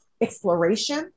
exploration